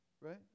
right